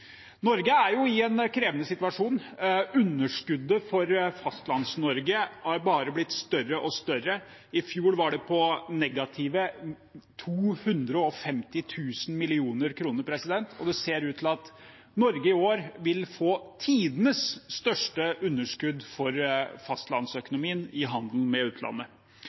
Norge er i en krevende situasjon. Underskuddet for Fastlands-Norge har bare blitt større og større. I fjor var det på negative 250 000 millioner kroner, og det ser ut til at Norge i år vil få tidenes største underskudd for fastlandsøkonomien i handelen med utlandet.